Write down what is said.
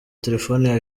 telephone